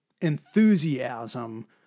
enthusiasm